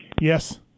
Yes